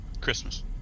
Christmas